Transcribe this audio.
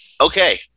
Okay